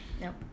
Nope